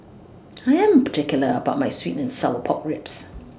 I Am particular about My Sweet and Sour Pork Ribs